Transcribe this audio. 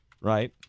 right